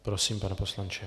Prosím, pane poslanče.